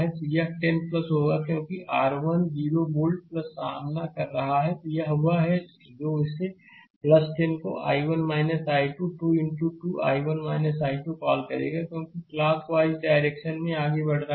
तो यह 10 होगा क्योंकि यह R1 0 वोल्ट का सामना कर रहा है तो यह वह होगा जो इस 10 को I1 I2 2 into 2 I1 I2 में कॉल करेगा क्योंकि क्लाक वाइज डायरेक्शन में आगे बढ़ रहे हैं